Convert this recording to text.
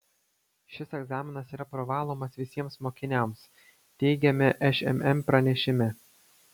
šis egzaminas yra privalomas visiems mokiniams teigiame šmm pranešime